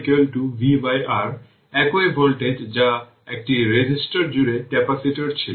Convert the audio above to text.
সুতরাং iR vR একই voltage যা একটি রেজিস্টর জুড়ে ক্যাপাসিটর ছিল